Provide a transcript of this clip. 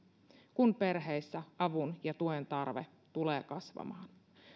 kun perheissä avun ja tuen tarve tulee kasvamaan